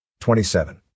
27